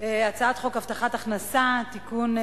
הצעת חוק הבטחת הכנסה (תיקון,